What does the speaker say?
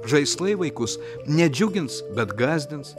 žaislai vaikus nedžiugins bet gąsdins